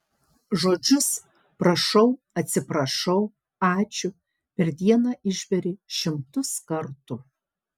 žodžius prašau atsiprašau ačiū per dieną išberi šimtus kartų